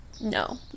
No